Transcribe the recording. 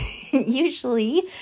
Usually